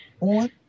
on